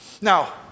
Now